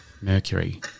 Mercury